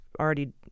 already